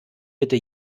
bitte